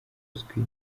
uzwi